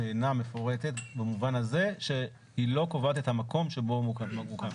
שאינה מפורטת במובן הזה שהיא לא קובעת את המקום שבו מוקם.